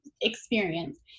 experience